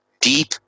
deep